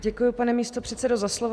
Děkuju, pane místopředsedo, za slovo.